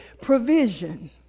provision